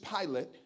Pilate